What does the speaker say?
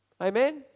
Amen